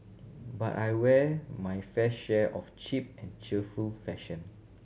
but I wear my fair share of cheap and cheerful fashion